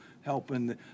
helping